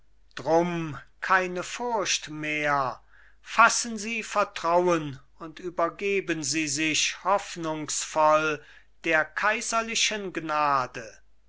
drum keine furcht mehr fassen sie vertrauen und übergeben sie sich hoffnungsvoll der kaiserlichen gnade